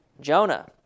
Jonah